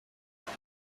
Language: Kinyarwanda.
gusa